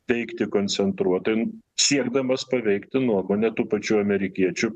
teikti koncentruotien siekdamas paveikti nuomonę tų pačių amerikiečių